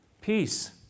Peace